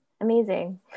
Amazing